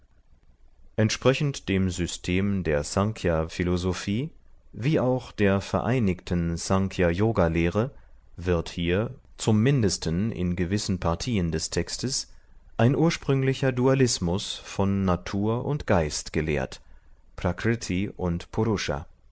entsprechend dem system der snkhya philosophie wie auch der vereinigten snkhya yoga lehre wird hier zum mindesten in gewissen partieen des textes ein ursprünglicher dualismus von natur und geist gelehrt prakriti und